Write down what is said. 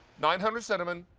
nine hundred cinnamon.